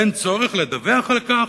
אין צורך לדווח על כך?